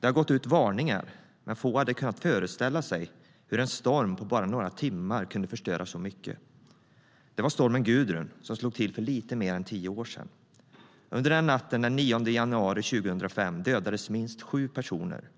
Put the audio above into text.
Det hade gått ut varningar, men få hade kunnat föreställa sig hur en storm på bara några timmar kunde förstöra så mycket. Det var stormen Gudrun som slog till för lite mer än tio år sedan. Under den natten, den 9 januari 2005, dödades minst sju personer.